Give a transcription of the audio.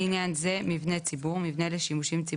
שתוכנית קבעה שאסור באמת במרחק של 500 מטר לשים מגורים,